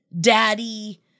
daddy